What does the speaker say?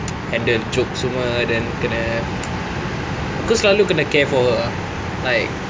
handle jokes semua then kena aku selalu kena care for her ah like